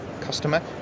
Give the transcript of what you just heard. customer